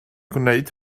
gwneud